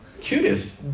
Cutest